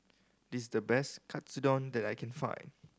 this the best Katsudon that I can find